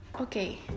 Okay